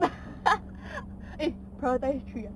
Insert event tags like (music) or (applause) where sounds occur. (laughs) prioritise three